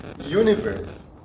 universe